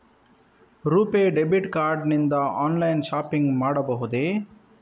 RuPay debit card ನಿಂದ online shopping ಮಾಡಬಹುದೇ?